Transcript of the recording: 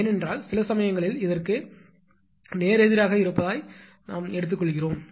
ஏனென்றால் சில சமயங்களில் இதற்கு நேரெதிராக இருப்பதாய் நாம் எடுத்துக்கொள்கிறோம்